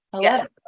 Yes